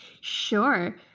Sure